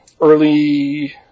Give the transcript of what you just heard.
early